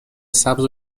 سبز